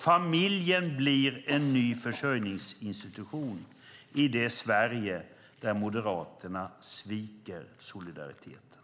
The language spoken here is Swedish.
Familjen blir en ny försörjningsinstitution i det Sverige där Moderaterna sviker solidariteten.